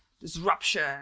disruption